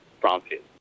Brownfield